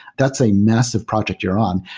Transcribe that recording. that's a massive project you're on.